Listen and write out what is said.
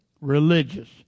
religious